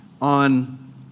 on